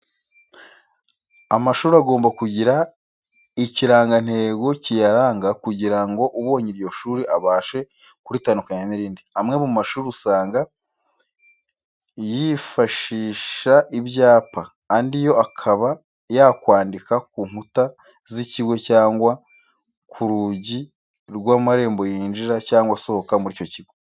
Amashuri agomba kugira ikirangantego kiyaranga kugra ngo ubonye iryo shuri abashe kuritandukanya n'irindi. Amwe mu mashuri usanga yifashishisha ibyapa, andi yo akaba yakwandika ku nkuta z'ikigo cyangwa ku rugi rw'amarembo yinjira cyangwa asohoka muri icyo kigo.